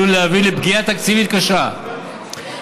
העלול להביא לפגיעה תקציבית קשה ברשויות